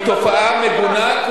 היא תופעה מגונה,